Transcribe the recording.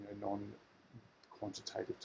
non-quantitative